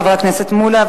חבר הכנסת מולה,